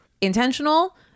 intentional